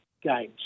games